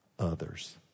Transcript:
Others